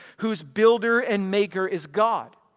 whose builder and maker is god.